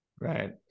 Right